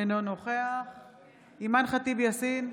אינו נוכח אימאן ח'טיב יאסין,